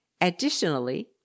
Additionally